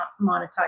monetize